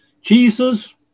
Jesus